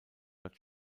dort